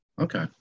Okay